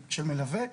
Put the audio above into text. מלווה.